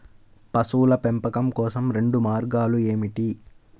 పశువుల పెంపకం కోసం రెండు మార్గాలు ఏమిటీ?